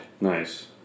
Nice